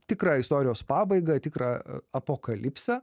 tikrą istorijos pabaigą tikrą apokalipsę